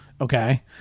Okay